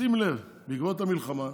שים לב: בעקבות המלחמה,